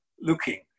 looking